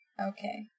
Okay